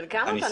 בן כמה אתה?